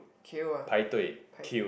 queue ah